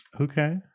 Okay